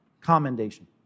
commendation